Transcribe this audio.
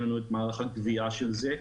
אין לנו את מערך הגבייה של זה,